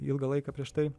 ilgą laiką prieš tai